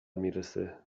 میرسه